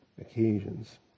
occasions